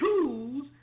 Tools